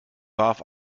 warf